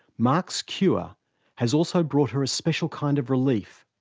marks cure has also brought her a special kind of relief.